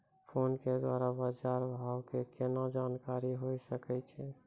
Phone के द्वारा बाज़ार भाव के केना जानकारी होय सकै छौ?